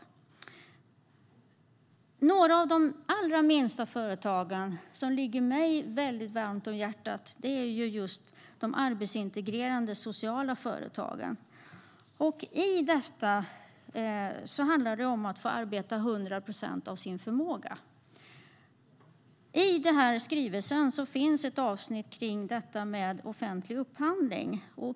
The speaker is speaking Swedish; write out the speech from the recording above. En del av de allra minsta företagen är arbetsintegrerande sociala företag. De ligger mig väldigt varmt om hjärtat. I dessa handlar det om att få arbeta 100 procent av sin förmåga. I skrivelsen finns ett avsnitt om offentlig upphandling.